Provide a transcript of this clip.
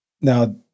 now